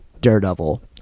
Daredevil